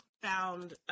found –